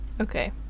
Okay